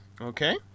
Okay